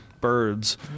birds